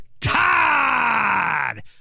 Todd